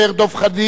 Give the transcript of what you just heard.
דב חנין,